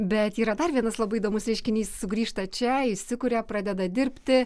bet yra dar vienas labai įdomus reiškinys sugrįžta čia įsikuria pradeda dirbti